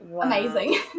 amazing